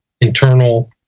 internal